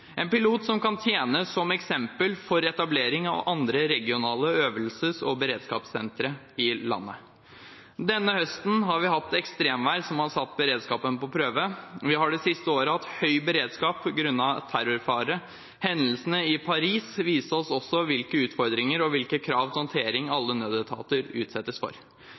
en pilot som kan tjene som eksempel for etablering av andre regionale øvelses- og beredskapssenter i landet. Denne høsten har vi hatt ekstremvær som har satt beredskapen på prøve. Vi har det siste året hatt høy beredskap grunnet terrorfare. Hendelsene i Paris viste oss også hvilke utfordringer og hvilke krav til håndtering alle nødetater utsettes for.